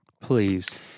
Please